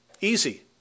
Easy